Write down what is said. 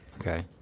Okay